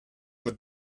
but